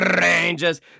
Rangers